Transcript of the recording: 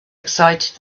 exciting